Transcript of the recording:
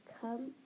come